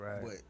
right